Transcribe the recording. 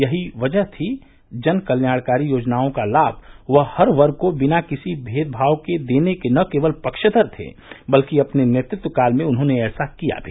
यही वजह थी जनकल्याणकारी योजनाओं का लाम वह हर वर्ग को बिना किर्सी मेदभाव के देने न केवल पक्षधर थे बल्कि अपने नेतृत्व काल में उन्होंने ऐसा किया भी